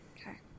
Okay